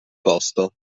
posto